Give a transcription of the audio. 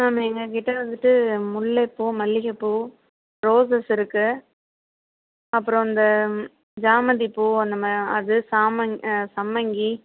ma'am எங்கள் கிட்டே வந்துட்டு முல்லைப்பூ மல்லிகைப்பூ ரோஸஸ் இருக்குது அப்புறம் இந்த சாமந்திப்பூ அந்த அது சாமங் சம்மங்கி